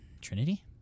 Trinity